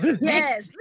Yes